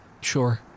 Sure